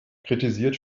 kritisiert